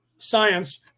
Science